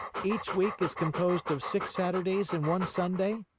each week is composed of six saturdays and one sunday?